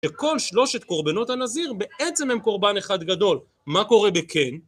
שכל שלושת קורבנות הנזיר בעצם הם קורבן אחד גדול, מה קורה בכן?